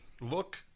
look